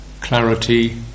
clarity